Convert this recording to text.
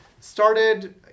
started